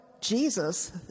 Jesus